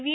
V